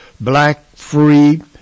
black-free